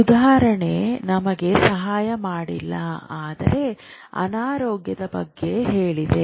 ಸುಧಾರಣೆ ನಮಗೆ ಸಹಾಯ ಮಾಡಲಿಲ್ಲ ಆದರೆ ಅನಾರೋಗ್ಯದ ಬಗ್ಗೆ ಹೇಳಿದೆ